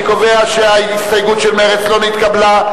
אני קובע שההסתייגות של מרצ לא נתקבלה.